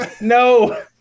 No